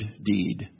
deed